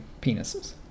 penises